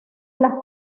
las